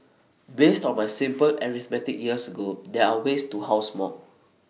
based on my simple arithmetic years ago there are ways to house more